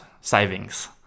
savings